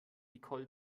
nicole